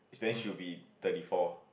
it's then she will be thirty four